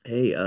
Hey